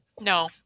No